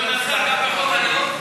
כבוד השר, גם בחוק הלאום?